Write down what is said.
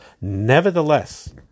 nevertheless